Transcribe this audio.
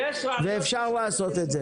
ואפשר לעשות את זה.